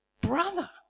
brother